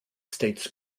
states